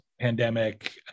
pandemic